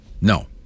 No